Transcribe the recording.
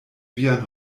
vian